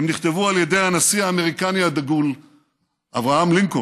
הם נכתבו על ידי הנשיא האמריקני הדגול אברהם לינקולן,